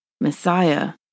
Messiah